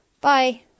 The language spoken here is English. Bye